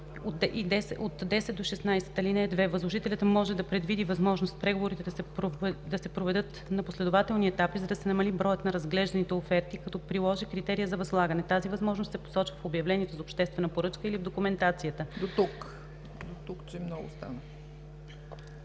7, 10-16. (2) Възложителят може да предвиди възможност преговорите да се проведат на последователни етапи, за да се намали броят на разглежданите оферти, като приложи критерия за възлагане. Тази възможност се посочва в обявлението за обществена поръчка или в документацията.” ПРЕДСЕДАТЕЛ ЦЕЦКА